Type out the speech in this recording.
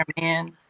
man